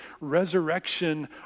resurrection